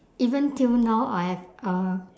even till now I have uh